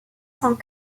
cent